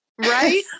Right